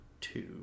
two